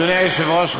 אתם לא יודעים מה לעשות?